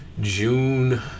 June